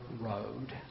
road